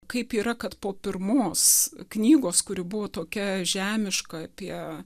kaip yra kad po pirmos knygos kuri buvo tokia žemiška apie